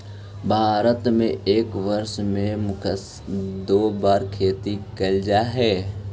भारत में एक वर्ष में मुख्यतः दो बार खेती कैल जा हइ